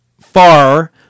far